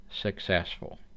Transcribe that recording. successful